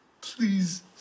Please